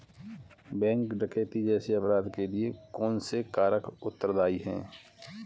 Bank डकैती जैसे अपराध के लिए कौन से कारक उत्तरदाई हैं?